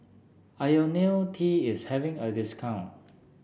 IoniL T is having a discount